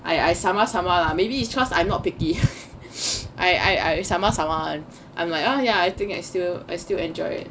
I sama sama lah maybe it's cause I'm not picky I I sama sama [one] I'm like oh I think I still I still enjoy it